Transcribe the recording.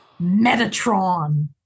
Metatron